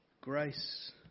grace